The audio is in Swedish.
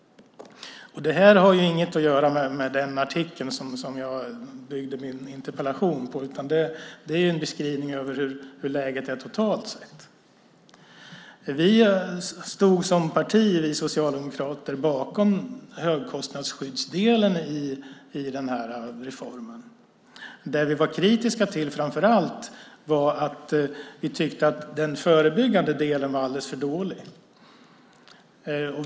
Det har inget att göra med den artikel som jag byggde min interpellation på, utan det är en beskrivning av hur läget är totalt sett. Vi socialdemokrater stod som parti bakom högkostnadsskyddsdelen i den här reformen. Det vi var kritiska till framför allt var att vi tyckte att den förebyggande delen var alldeles för dålig.